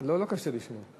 לא, לו קשה לשמוע.